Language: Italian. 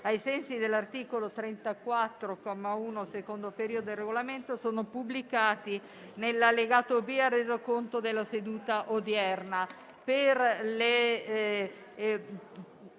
ai sensi dell'articolo 34, comma 1, secondo periodo, del Regolamento sono pubblicati nell'allegato B al Resoconto della seduta odierna.